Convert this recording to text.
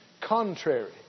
contrary